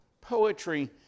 Poetry